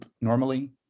normally